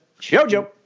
Jojo